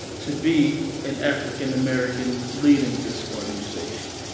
to be an african american leading this organization.